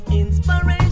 inspiration